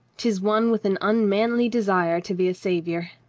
tis one with an unmanly desire to be a savior.